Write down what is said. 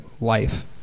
life